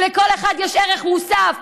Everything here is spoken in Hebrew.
שלכל אחד יש ערך מוסף,